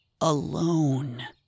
alone